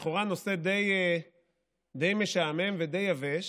לכאורה זה נושא די משעמם ודי יבש,